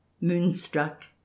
moonstruck